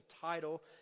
title